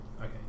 Okay